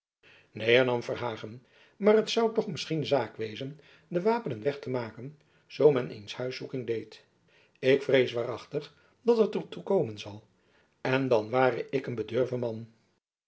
hernam verhagen maar t zoû toch misschien zaak wezen de wapenen weg te maken zoo men eens huiszoeking deed ik vrees waarachtig dat het er toe komen zal en dan ware ik een bedurven man